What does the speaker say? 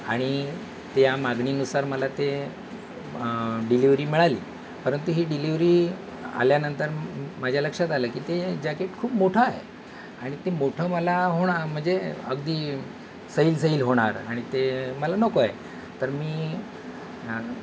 आणि त्या मागणीनुसार मला ते डिलेव्हरी मिळाली परंतु ही डिलेव्हरी आल्यानंतर माझ्या लक्षात आलं की ते जॅकेट खूप मोठं आहे आणि ते मोठं मला होणार म्हणजे अगदी सैल सैल होणार आणि ते मला नको आहे तर मी